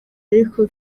ariko